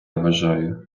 вважаю